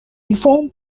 reform